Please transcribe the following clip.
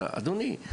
אדוני.